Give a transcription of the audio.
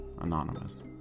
Anonymous